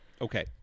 okay